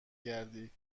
گردی